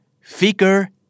figure